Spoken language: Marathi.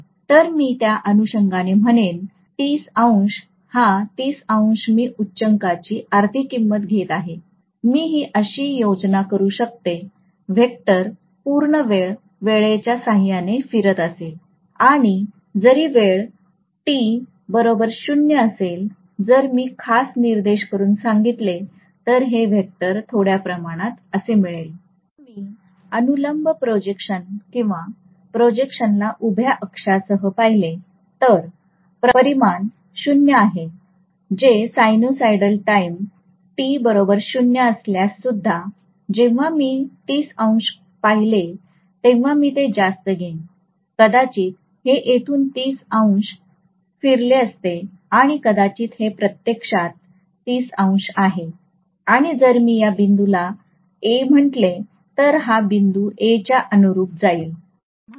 तर मी त्या अनुषंगाने म्हणेन हा मी उच्चांकाची आर्धी किमंत घेत आहे मी ही अशी योजना करू शकते व्हेक्टर पूर्णवेळ वेळेच्या साहाय्याने फिरत असेल आणि जरी वेळ t 0 असेल जर मी खास निर्देश करून सांगितले तर हे व्हेक्टर थोड्या प्रमाणात असे मिळेल जर मी अनुलंब प्रोजेक्शन किंवा प्रोजेक्शनला उभ्या अक्षासह पाहिले तर परिमाण 0 आहे जे साइनसॉइडल टाईम असल्यास सुद्धा जेव्हा मी पाहिले तेव्हा मी ते जास्त घेईल कदाचित हे इथून फिरले असते आणि कदाचित हे प्रत्यक्षात आहे आणि जर मी या बिंदूला A म्हटले तर हा बिंदू A च्या अनुरुप जाईल